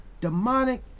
demonic